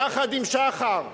יחד עם שחר,